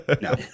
No